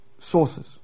sources